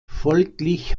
folglich